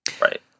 Right